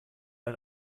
ein